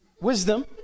wisdom